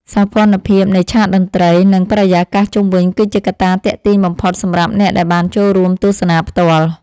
សោភ័ណភាពនៃឆាកតន្ត្រី និង បរិយាកាសជុំវិញគឺជាកត្តាទាក់ទាញបំផុតសម្រាប់អ្នកដែលបានចូលរួមទស្សនាផ្ទាល់។